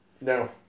No